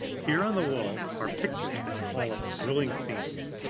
here on the walls are pictures that call up thrilling scenes,